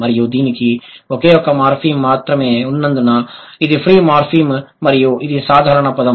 మరియు దీనికి ఒకే ఒక మార్ఫిమ్ మాత్రమే ఉన్నందున ఇది ఫ్రీ మార్ఫిమ్ మరియు ఇది సాధారణ పదం